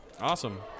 Awesome